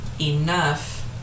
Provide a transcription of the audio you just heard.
enough